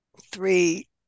three